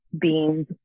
beans